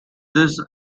this